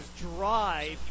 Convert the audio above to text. drive